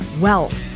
Wealth